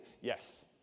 Yes